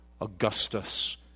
Augustus